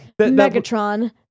Megatron